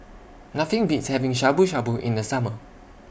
Nothing Beats having Shabu Shabu in The Summer